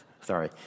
Sorry